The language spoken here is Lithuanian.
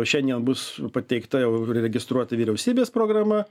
šiandien bus pateikta jau užregistruota vyriausybės programa